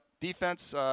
defense –